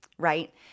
right